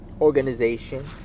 organization